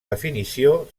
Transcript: definició